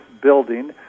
building